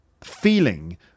feeling